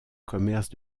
commerce